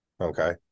okay